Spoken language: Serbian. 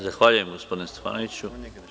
Zahvaljujem gospodine Stefanoviću.